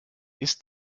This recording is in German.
ist